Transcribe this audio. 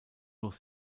noch